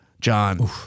John